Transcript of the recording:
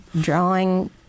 drawing